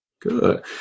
Good